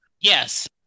yes